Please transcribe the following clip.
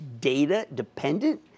data-dependent